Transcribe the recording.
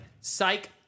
psych